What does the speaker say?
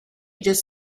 just